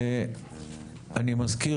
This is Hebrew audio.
אני מזכיר,